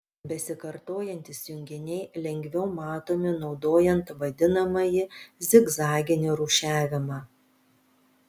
besikartojantys junginiai lengviau matomi naudojant vadinamąjį zigzaginį rūšiavimą